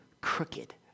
crooked